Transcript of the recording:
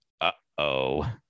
uh-oh